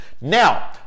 now